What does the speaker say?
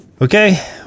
Okay